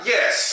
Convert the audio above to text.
Yes